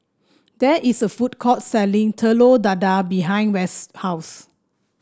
there is a food court selling Telur Dadah behind West's house